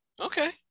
okay